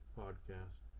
podcast